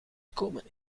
gekomen